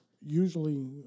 usually